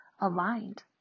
aligned